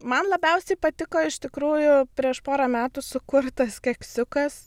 man labiausiai patiko iš tikrųjų prieš porą metų sukurtas keksiukas